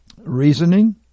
Reasoning